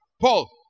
Paul